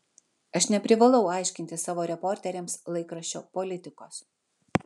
aš neprivalau aiškinti savo reporteriams laikraščio politikos